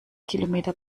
kilometer